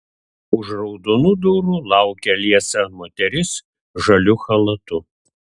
už raudonų durų laukia liesa moteris žaliu chalatu